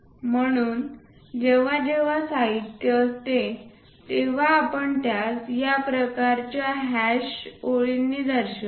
म्हणून जेव्हा जेव्हा साहित्य असते तेव्हा आपण त्यास या प्रकारच्या हॅश ओळींनी दर्शवितो